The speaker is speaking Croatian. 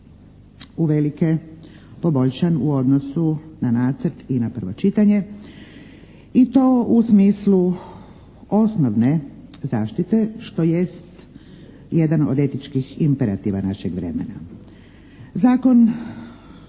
uvelike poboljšan u odnosu na nacrt i na prvo čitanje i to u smislu osnovne zaštite što jest jedan od etičkih imperativa našeg vremena.